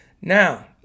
Now